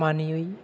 मानियै